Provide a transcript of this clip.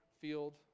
field